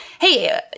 hey